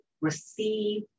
receive